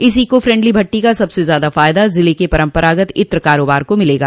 इस eco friendly भटठी का सबसे ज़्यादा फायदा ज़िले के परम्परागत इत्र कारोबार को मिलेगा